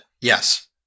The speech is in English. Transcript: yes